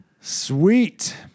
Sweet